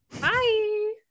Bye